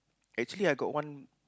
actually I got one